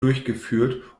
durchgeführt